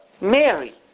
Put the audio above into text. Mary